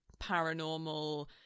paranormal